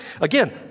Again